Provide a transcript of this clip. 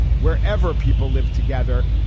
wherever people live together,